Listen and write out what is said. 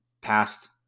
past